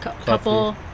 couple